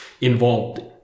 involved